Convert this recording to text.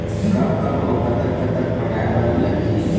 कब कब अऊ कतक कतक पटाए बर लगही